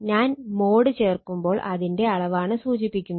ഞാൻ മോഡ് ചേർക്കുമ്പോൾ അതിന്റെ അളവാണ് സൂചിപ്പിക്കുന്നത്